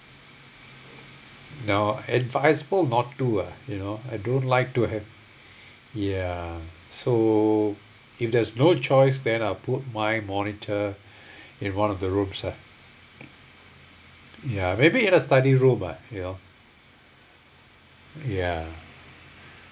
now advisable not to ah you know I don't like to have ya so if there's no choice then I'll put my monitor in one of the rooms ah ya maybe in a study room ah you know ya